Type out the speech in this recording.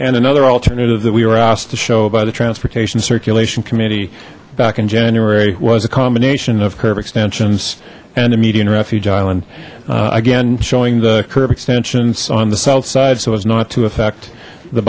and another alternative that we were asked to show by the transportation circulation committee back in january was a combination of curb extensions and a median refuge island again showing the curb extensions on the south side so as not to affect the